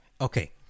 okay